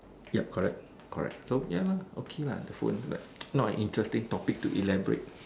yup correct correct so ya lor okay lah phone is not a interesting topic to elaborate